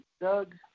Doug